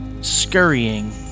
scurrying